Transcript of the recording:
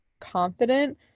confident